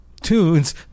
tunes